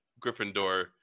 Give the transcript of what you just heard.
Gryffindor